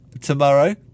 tomorrow